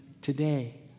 today